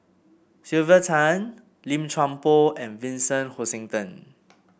Sylvia Tan Lim Chuan Poh and Vincent Hoisington